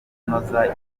kunoza